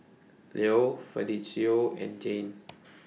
Llo Fidencio and Jane